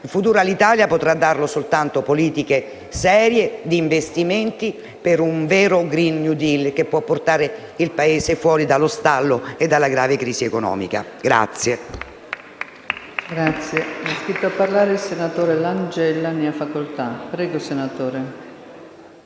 un futuro all'Italia potranno darlo soltanto politiche serie di investimenti per un vero *green new deal*, che può portare il Paese fuori dallo stallo e dalla grave crisi economica.